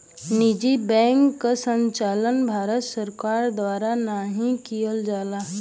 निजी बैंक क संचालन भारत सरकार द्वारा नाहीं किहल जाला